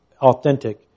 authentic